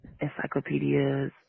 encyclopedias